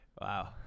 Wow